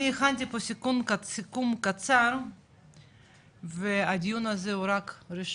אני הכנתי פה סיכום קצר והדיון הזה הוא רק ראשון,